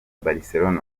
barcelone